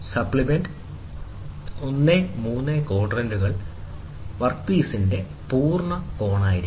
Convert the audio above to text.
supplement 1 3 ക്വാഡ്രന്റുകൾ വർക്ക് ഭാഗത്തിന്റെ പൂർണ്ണ കോണായിരിക്കണം